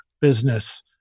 business